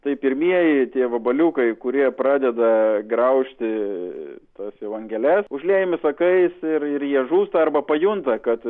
tai pirmieji tie vabaliukai kurie pradeda graužti tas jau angeles užliejami sakais ir ir jie žūsta arba pajunta kad